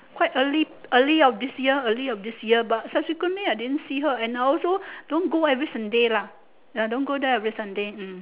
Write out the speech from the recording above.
quite early early of this year early of year but subsequently I didn't see her and I also don't go every Sunday lah ya don't go there every Sunday hmm